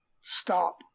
stop